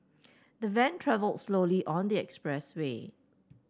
the van travelled slowly on the expressway